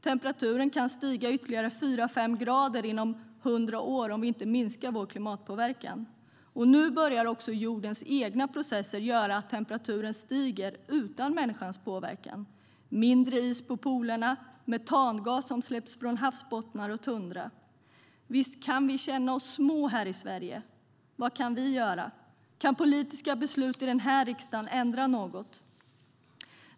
Temperaturen kan stiga ytterligare 4-5 grader inom hundra år om vi inte minskar vår klimatpåverkan. Nu börjar också jordens egna processer göra att temperaturen stiger utan människans påverkan. Det är mindre is på polerna och metangas som släpps ut från havsbottnar och tundra. Visst kan vi känna oss små här i Sverige. Vad kan vi göra? Kan politiska beslut i denna riksdag ändra något?